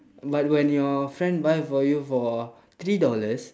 but when you friend buy for you for three dollars